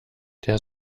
der